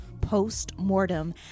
post-mortem